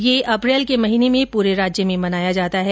यह त्यौहार अप्रैल के महीने में पूरे राज्य में मनाया जाता है